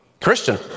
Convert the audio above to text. Christian